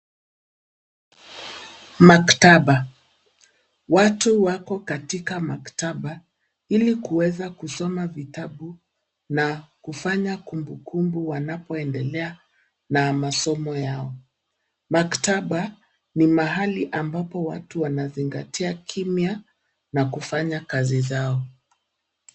Maktaba. Watu wako katika maktaba ili kuweza kusoma vitabu na kufanya kufanya kumbukumbu wanapoendelea na masomo yao. Maktaba ni mahali ambapo watu wanazingatia kimya na kufanya kazi zao.